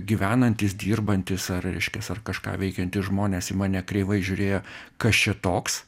gyvenantys dirbantys ar reiškias ar kažką veikiantys žmonės į mane kreivai žiūrėjo kas čia toks